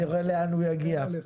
נראה לאן הוא יגיע.